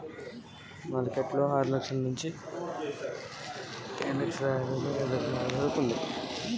ఇప్పుడు మార్కెట్ లో ట్రాక్టర్ కి రేటు ఎంత ఉంది?